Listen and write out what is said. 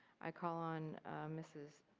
i call on mrs.